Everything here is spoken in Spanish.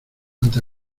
ante